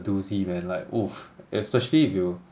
doozy man like oof especially if you